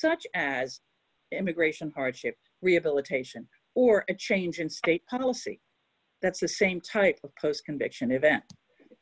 such as immigration hardship rehabilitation or a change in state puddle see that's the same type of post conviction event